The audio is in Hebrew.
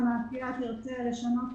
שהמאפייה תרצה לשנות